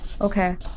Okay